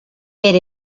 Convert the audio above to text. per